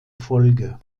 folge